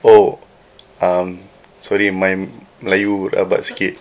oh I'm sorry my melayu rabak sikit